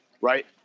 right